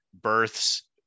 births